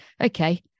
okay